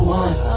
one